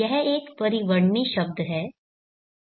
यह एक परिवर्णी शब्द है